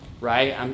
Right